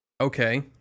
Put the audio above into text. Okay